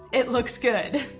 it looks good.